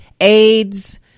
AIDS